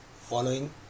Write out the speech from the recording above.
following